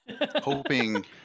hoping